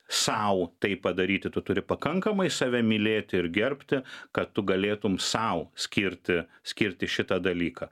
sau tai padaryti tu turi pakankamai save mylėti ir gerbti kad tu galėtum sau skirti skirti šitą dalyką